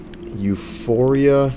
Euphoria